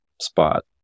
spot